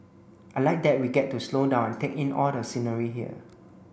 I like that we get to slow down and take in all the scenery here